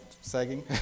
sagging